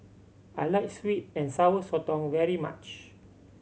I like sweet and Sour Sotong very much